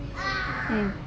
mm